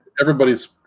everybody's